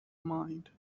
mind